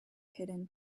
hidden